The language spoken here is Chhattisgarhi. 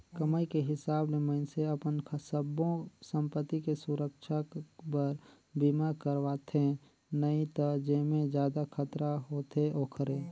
कमाई के हिसाब ले मइनसे अपन सब्बो संपति के सुरक्छा बर बीमा करवाथें नई त जेम्हे जादा खतरा होथे ओखरे